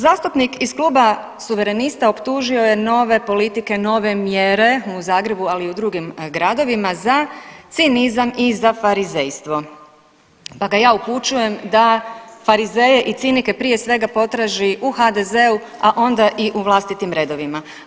Zastupnik iz kluba Suverenista optužio je nove politike nove mjere u Zagrebu, ali i u drugim gradovima za cinizam i za farizejstvo, pa ga ja upućujem da farizeje i cinike prije svega potraži u HDZ-u, a onda i u vlastitim redovima.